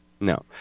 No